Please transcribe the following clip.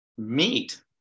meat